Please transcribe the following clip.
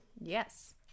Yes